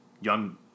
young